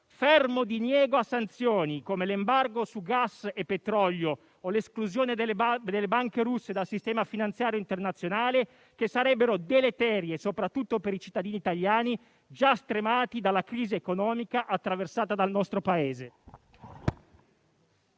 fermo diniego a sanzioni, come l'embargo su gas e petrolio o l'esclusione delle banche russe dal sistema finanziario internazionale, che sarebbero deleterie soprattutto per i cittadini italiani, già stremati dalla crisi economica attraversata dal nostro Paese.